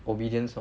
obedience orh